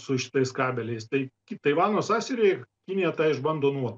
su šitais kabeliais tai taivano sąsiauryje kinija tą išbando nuolat